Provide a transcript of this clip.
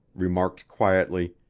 remarked quietly